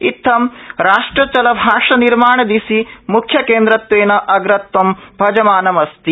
इत्थं राष्ट्रं चलभाषनिर्माणदिशि म्ख्यकेन्द्रत्वेन अग्रत्वं भजमानम् अस्ति